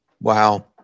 Wow